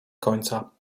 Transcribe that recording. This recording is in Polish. końca